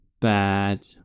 bad